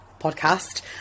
podcast